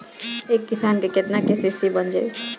एक किसान के केतना के.सी.सी बन जाइ?